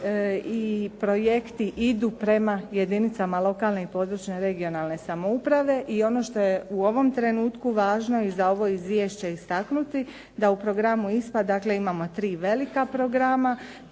i projekti idu prema jedinicama lokalne i područne (regionalne) samouprave. I ono što je u ovom trenutku važno i za ovo izvješće istaknuti da u programu ISPA dakle, imamo tri velika programa,